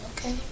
Okay